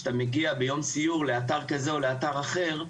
שאתה מגיע ביום סיור לאתר כזה או לאתר אחר,